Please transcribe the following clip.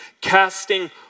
casting